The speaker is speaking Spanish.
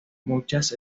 muchas